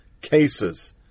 cases